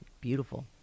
beautiful